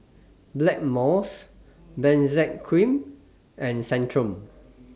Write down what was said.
Blackmores Benzac Cream and Centrum